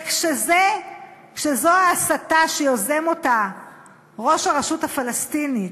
וכשזו ההסתה שיוזם ראש הרשות הפלסטינית,